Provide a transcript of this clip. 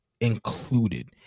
included